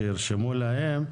שירשמו להם.